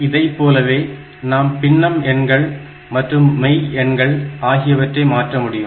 இதைப்போலவே நாம் பின்னம் எண்கள் மற்றும் மெய் எண்கள் ஆகியவற்றை மாற்றமுடியும்